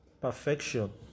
perfection